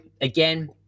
again